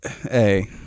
Hey